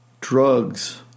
Drugs